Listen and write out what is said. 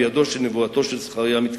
בידוע שנבואתו של זכריה מתקיימת.